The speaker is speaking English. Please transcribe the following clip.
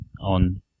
on